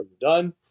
done